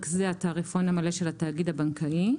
זה התעריפון המלא של התאגיד הבנקאי)',